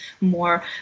more